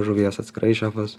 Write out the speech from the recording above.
žuvies atskirai šefas